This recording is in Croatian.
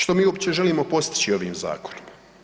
Što mi uopće želimo postići ovim zakonom?